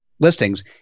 listings